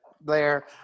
Blair